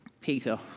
Peter